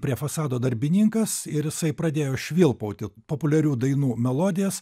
prie fasado darbininkas ir jisai pradėjo švilpauti populiarių dainų melodijas